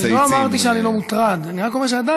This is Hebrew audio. אני לא אמרתי שאני לא מוטרד, אני רק אומר שעדיין,